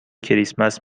کریسمس